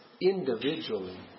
individually